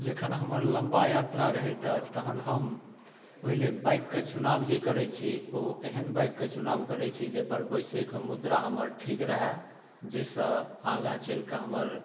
जखन हमर लम्बा यात्रा रहैत अछि तहन हम पहिले बाइकके चुनाव जे करै छी ओ एहन बाइकके चुनाव करै छी जाइपर बैसैके मुद्रा हमर ठीक रहै जाहिसँ आगा चलिकऽ हमर